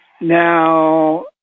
Now